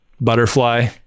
butterfly